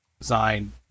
design